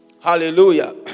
Hallelujah